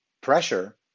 pressure